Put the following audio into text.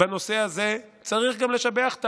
בנושא הזה צריך גם לשבח,